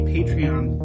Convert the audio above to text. Patreon